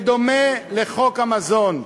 בדומה לחוק המזון,